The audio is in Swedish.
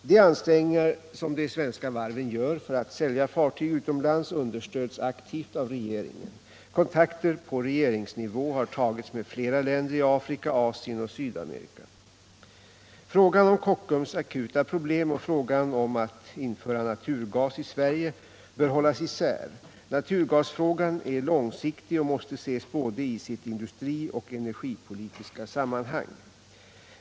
De ansträngningar som de svenska varven gör för att sälja fartyg utomlands understöds aktivt av regeringen. Kontakter på regeringsnivå har tagits med flera länder i Afrika, Asien och Sydamerika. Frågan om Kockums akuta problem och frågan om att införa naturgas i Sverige bör hållas isär. Naturgasfrågan är långsiktig och måste ses både i sitt industripolitiska och i sitt energipolitiska sammanhang.